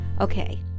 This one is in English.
Okay